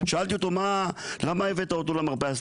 שאלתי אותו, למה הבאת אותו למרפאה?